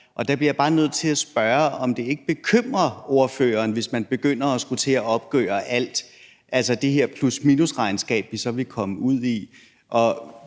Der bliver jeg bare nødt til at spørge, om det ikke bekymrer ordføreren, hvis man begynder at skulle til at opgøre alt, altså det her plus-minus-regnskab, vi så ville komme ud i.